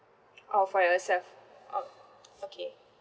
or for yourself oh okay